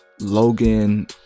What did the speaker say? Logan